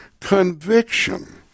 Conviction